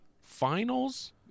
finals